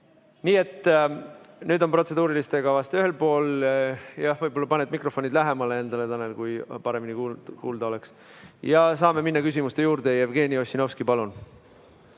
Nii et nüüd on protseduurilistega vast ühel pool. Võib-olla paned mikrofonid endale lähemale, Tanel, et paremini kuulda oleks. Saame minna küsimuste juurde. Jevgeni Ossinovski, palun!